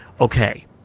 okay